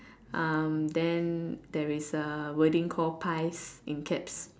um then there is a wording called pies in caps